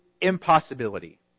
impossibility